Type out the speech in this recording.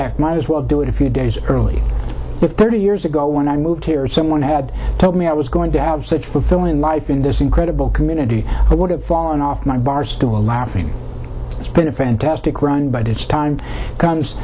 y might as well do it a few days early thirty years ago when i moved here if someone had told me i was going to have such fulfilling life in this incredible community i would have fallen off my barstool laughing it's been a fantastic run but it's time